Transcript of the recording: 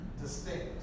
distinct